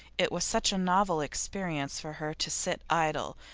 it was such a novel experience for her to sit idle,